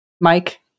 Mike